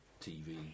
TV